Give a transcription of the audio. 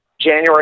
January